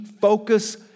focus